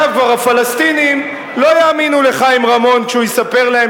עכשיו כבר הפלסטינים לא יאמינו לחיים רמון כשהוא יספר להם